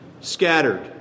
Scattered